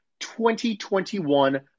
2021